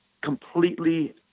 completely